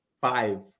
five